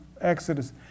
Exodus